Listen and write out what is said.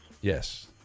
Yes